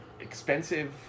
expensive